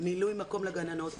מילוי מקום לגננות.